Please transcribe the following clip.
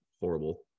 horrible